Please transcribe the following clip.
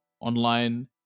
online